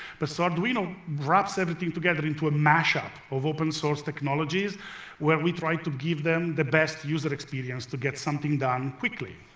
but so arduino wraps everything together into a mashup of open-source technologies where we try to give them the best user experience to get something done quickly.